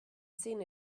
seen